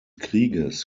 krieges